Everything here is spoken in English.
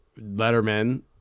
Letterman